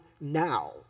now